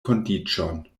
kondiĉon